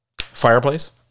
fireplace